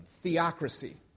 theocracy